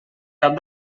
cap